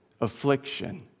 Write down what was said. affliction